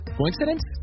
Coincidence